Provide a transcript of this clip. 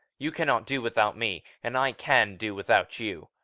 you cannot do without me and i can do without you.